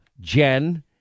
Jen